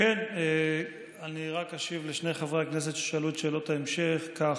אני רק אשיב לשני חברי הכנסת ששאלו את שאלות ההמשך כך: